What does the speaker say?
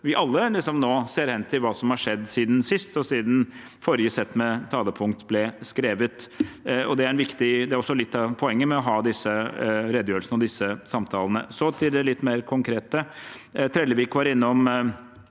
vi alle nå ser hen til hva som har skjedd siden sist og siden forrige sett med talepunkt ble skrevet. Det er også litt av poenget med å ha disse redegjørelsene og disse samtalene. Så til det litt mer konkrete. Trellevik var innom